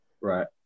Right